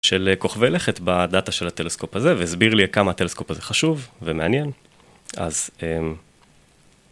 של כוכבי לכת בדאטה של הטלסקופ הזה, והסביר לי כמה הטלסקופ הזה חשוב ומעניין. אז...